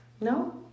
No